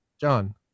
John